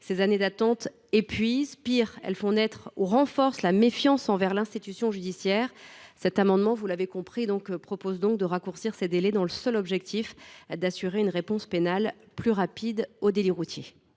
ces années d’attente épuisent. Pire, elles font naître ou renforcent la méfiance envers l’institution judiciaire. Vous l’aurez compris, cet amendement vise à raccourcir ces délais dans le seul objectif d’assurer une réponse pénale plus rapide aux délits routiers.